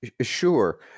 Sure